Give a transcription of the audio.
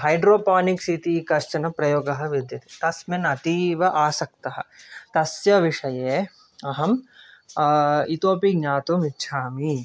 hydroponics इति कश्चन प्रयोगः विद्यते तस्मिन् अतीव आसक्तः तस्य विषये अहम् इतोऽपि ज्ञातुम् इच्छामि